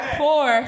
four